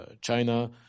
China